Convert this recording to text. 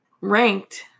ranked